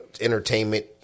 entertainment